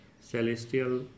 celestial